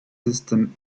system